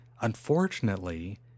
unfortunately